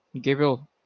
Gabriel